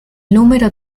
número